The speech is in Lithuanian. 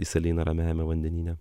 į salyną ramiajame vandenyne